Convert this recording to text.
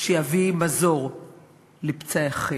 שיבוא מזור לפצעיכם.